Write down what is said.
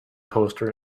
poster